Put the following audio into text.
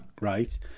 Right